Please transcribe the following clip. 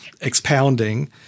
expounding